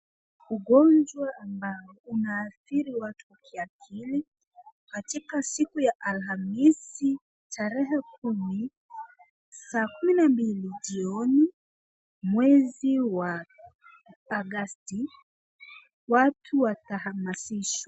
Ugonjwa ambao unaathiri watu wa kiakili. Katika siku ya alhamisi tarehe kumi saa kumi na mbili jioni mwezi wa agasti , watu watahamasishwa.